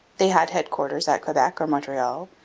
they had headquarters at quebec or montreal,